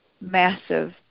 massive